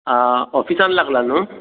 आं ऑफिसान लागला न्हय